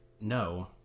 no